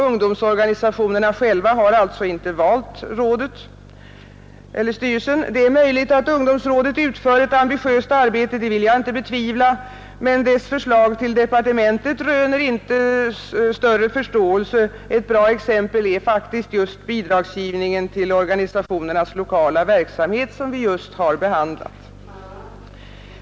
Ungdomsorganisationerna har alltså inte valt styrelsen. Det är möjligt att ungdomsrådet utför ett ambitiöst arbete, det vill jag inte betvivla, men dess förslag till departementet röner inte större förståelse — ett bra exempel är just bidragsgivningen till organisationernas lokala verksamhet som vi just har behandlat.